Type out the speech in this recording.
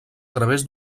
través